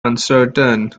uncertain